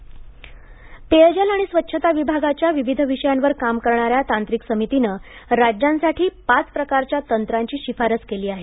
जलशक्ती पेयजल आणि स्वच्छता विभागाच्या विविध विषयांवर काम करणाऱ्या तांत्रिक समितीने राज्यांसाठी पाच प्रकारच्या तंत्रांची शिफारस केली आहे